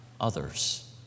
others